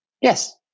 Yes